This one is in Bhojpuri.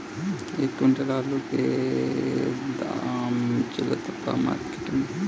एक क्विंटल आलू के का दाम चलत बा मार्केट मे?